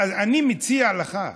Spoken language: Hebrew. אני מציע לך: